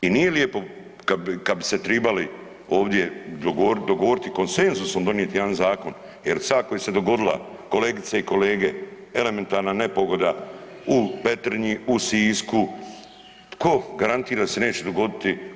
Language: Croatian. I nije lijepo kada bi se tribali ovdje dogovoriti konsenzusom donijeti jedan zakon, jer … koja se dogodila kolegice i kolege elementarna nepogoda u Petrinji, u Sisku, tko garantira da se neće dogoditi.